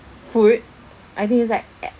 food I think is like uh